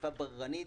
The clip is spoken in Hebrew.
אכיפה בררנית.